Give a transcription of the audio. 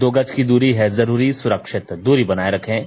दो गज की दूरी है जरूरी सुरक्षित दूरी बनाए रखें